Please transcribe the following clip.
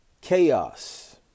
chaos